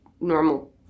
normal